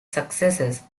successes